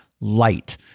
light